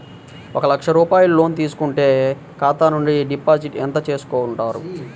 ఒక లక్ష రూపాయలు లోన్ తీసుకుంటే ఖాతా నుండి డిపాజిట్ ఎంత చేసుకుంటారు?